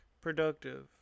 productive